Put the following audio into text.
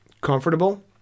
comfortable